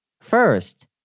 First